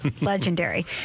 legendary